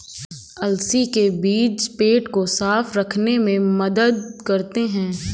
अलसी के बीज पेट को साफ़ रखने में मदद करते है